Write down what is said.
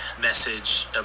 message